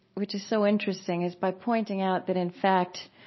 which is so interesting, is by pointing out that, in fact,